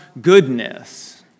goodness